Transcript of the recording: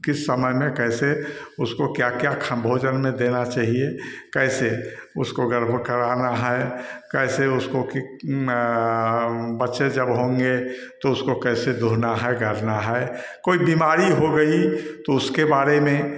किस समय में कैसे उसको क्या क्या खा भोजन में देना चाहिए कैसे उसको गर्भ कराना है कैसे उसको कि बच्चे जब होंगे तो उसको कैसे दूहना है गाड़ना है कोई बीमारी हो गई तो उसके बारे में